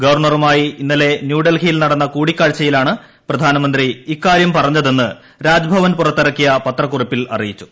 ഗവർണറുമായി ഇന്നലെ ന്യൂഡൽഹിയിൽ നടന്ന കൂടി ക്കാഴ്ചയിലാണ് പ്രധാനമന്ത്രി ഇക്കാര്യം പറഞ്ഞതെന്ന് രാജ്ഭവൻ പുറ ത്തിറക്കിയ പത്രക്കുറിപ്പിൽ അറിയിച്ചു